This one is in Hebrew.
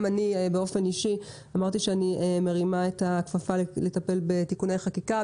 גם אני באופן אישי אמרתי שאני מרימה את הכפפה לטפל בתיקוני חקיקה,